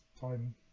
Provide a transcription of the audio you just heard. time